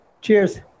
Cheers